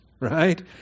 right